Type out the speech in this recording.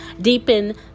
deepen